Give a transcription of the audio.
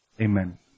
Amen